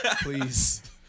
Please